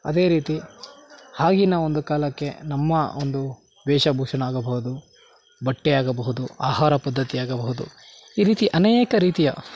ಅದೇ ರೀತಿ ಆಗಿನ ಒಂದು ಕಾಲಕ್ಕೆ ನಮ್ಮ ಒಂದು ವೇಷಭೂಷಣ ಆಗಬಹುದು ಬಟ್ಟೆ ಆಗಬಹುದು ಆಹಾರ ಪದ್ಧತಿ ಆಗಬಹುದು ಈ ರೀತಿ ಅನೇಕ ರೀತಿಯ